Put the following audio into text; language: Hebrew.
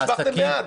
הצבעתם בעד.